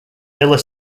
miller